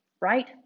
Right